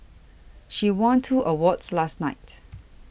she won two awards last night